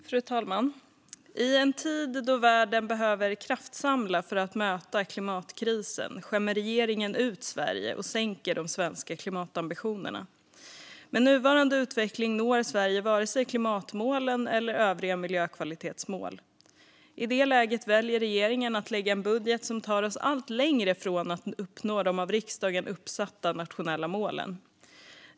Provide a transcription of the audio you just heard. Fru talman! I en tid då världen behöver kraftsamla för att möta klimatkrisen skämmer regeringen ut Sverige och sänker de svenska klimatambitionerna. Med nuvarande utveckling når Sverige varken klimatmålen eller övriga miljökvalitetsmål. I det läget väljer regeringen att lägga fram en budget som tar oss allt längre från att uppnå de av riksdagen uppsatta nationella målen.